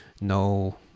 no